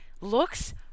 looks